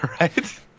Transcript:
Right